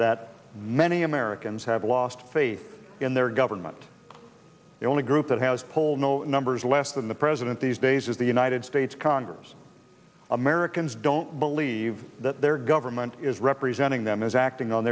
that many americans have lost faith in their government the only group that has poll know numbers less than the president these days is the united states congress americans don't believe that their government is representing them is acting on